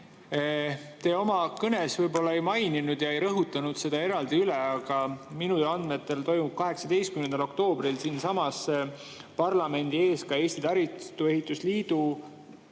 Te oma kõnes võib-olla ei maininud ja ei rõhutanud seda eraldi üle, aga minu andmetel toimub 18. oktoobril siinsamas parlamendi ees ka Eesti Taristuehituse Liidu